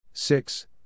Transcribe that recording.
Six